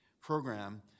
program